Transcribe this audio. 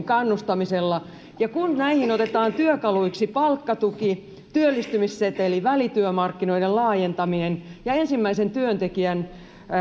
kannustamisella ja kun näihin otetaan työkaluiksi palkkatuki työllistymisseteli välityömarkkinoiden laajentaminen ja ensimmäisen työntekijän